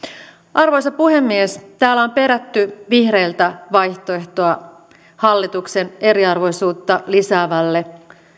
arvoisa puhemies täällä on perätty vihreiltä vaihtoehtoa hallituksen eriarvoisuutta lisäävälle